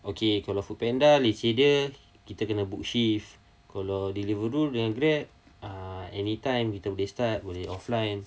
okay kalau foodpanda leceh dia kita kena book shift kalau deliveroo dengan grab uh anytime kita boleh start boleh offline